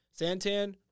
Santan